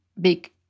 big